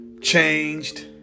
changed